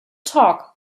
talk